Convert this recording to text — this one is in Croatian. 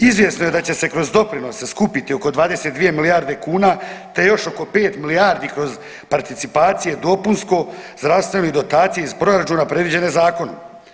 Izvjesno je da će se kroz doprinose skupiti oko 22 milijarde kuna, te još oko pet milijardi kroz participacije dopunsko, zdravstveno dotacije iz proračuna predviđene zakonom.